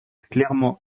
clairement